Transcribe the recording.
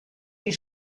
die